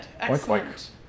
excellent